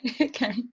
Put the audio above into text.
Okay